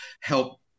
help